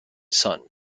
son